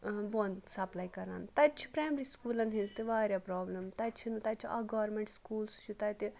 بۄن سَپلاے کَران تَتہِ چھِ پرٛیمری سکوٗلَن ہِنٛز تہِ واریاہ پرٛابلِم تَتہِ چھِنہٕ تَتہِ چھُ اَکھ گورمٮ۪نٛٹ سکوٗل سُہ چھُ تَتہِ